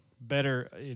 better